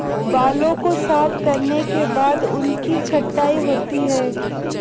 बालों को साफ करने के बाद उनकी छँटाई होती है